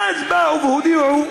באו והודיעו,